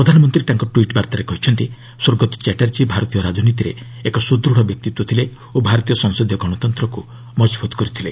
ପ୍ରଧାନମନ୍ତ୍ରୀ ତାଙ୍କ ଟ୍ୱିଟ୍ ବାର୍ତ୍ତାରେ କହିଛନ୍ତି ସ୍ୱର୍ଗତ ଚାଟ୍ଟାର୍ଜୀ ଭାରତୀୟ ରାଜନୀତିରେ ଏକ ସୁଦୃତ୍ ବ୍ୟକ୍ତିତ୍ୱ ଥିଲେ ଓ ଭାରତୀୟ ସଂସଦୀୟ ଗଣତନ୍ତ୍ରକୁ ମଜବୁତ୍ କରିଥିଲେ